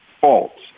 faults